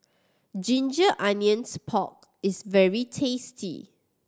ginger onions pork is very tasty